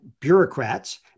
bureaucrats